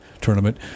Tournament